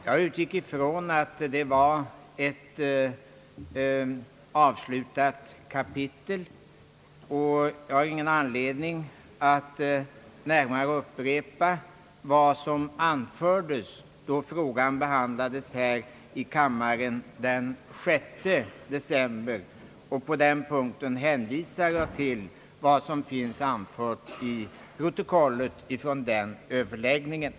Jag utgick ifrån att den saken var ett avslutat kapitel, och jag har ingen anledning att upprepa vad som anfördes då frågan behandlades här i kammaren den 6 december, utan jag hänvisar till protokollet från den överläggningen.